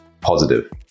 positive